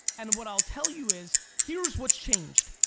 and what i'll tell you is, here's what's changed,